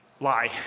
lie